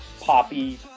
poppy